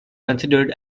considered